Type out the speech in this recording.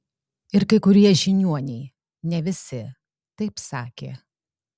ir kai kurie žiniuoniai ne visi taip sakė